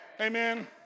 Amen